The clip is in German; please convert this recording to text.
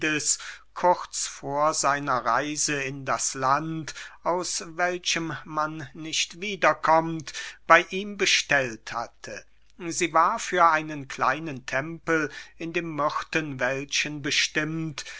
kurz vor seiner reise in das land aus welchem man nicht wiederkommt bey ihm bestellt hatte sie war für einen kleinen tempel in dem myrtenwäldchen bestimmt